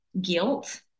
guilt